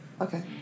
okay